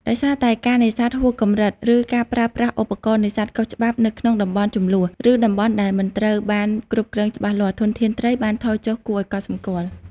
ដោយសារតែការនេសាទហួសកម្រិត ឬការប្រើប្រាស់ឧបករណ៍នេសាទខុសច្បាប់នៅក្នុងតំបន់ជម្លោះ ឬតំបន់ដែលមិនត្រូវបានគ្រប់គ្រងច្បាស់លាស់ ធនធានត្រីបានថយចុះគួរឱ្យកត់សម្គាល់។